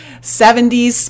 70s